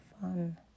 fun